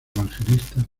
evangelista